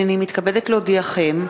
הנני מתכבדת להודיעכם,